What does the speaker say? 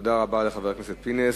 תודה רבה לחבר הכנסת פינס.